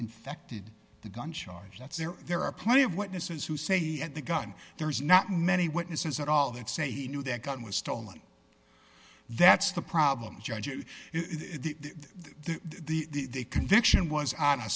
infected the gun charge that's there there are plenty of witnesses who say he had the gun there's not many witnesses at all that say he knew that gun was stolen that's the problem judge and the the conviction was o